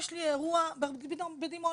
יש לי אירוע בדימונה,